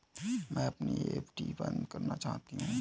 मैं अपनी एफ.डी बंद करना चाहती हूँ